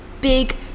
big